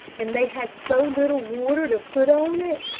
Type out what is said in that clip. and they had so little water to put on it,